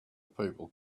people